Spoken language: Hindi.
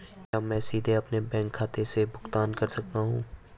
क्या मैं सीधे अपने बैंक खाते से भुगतान कर सकता हूं?